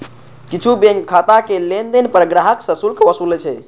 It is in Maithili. किछु बैंक खाताक लेनदेन पर ग्राहक सं शुल्क वसूलै छै